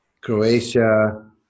Croatia